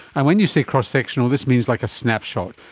and when you say cross-sectional, this means like a snapshot.